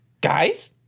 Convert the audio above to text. Guys